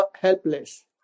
helpless